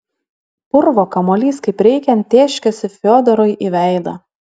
purvo kamuolys kaip reikiant tėškėsi fiodorui į veidą